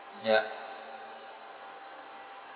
ya